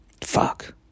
Fuck